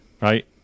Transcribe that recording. right